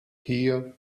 here